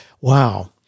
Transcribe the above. Wow